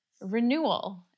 renewal